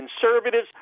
conservatives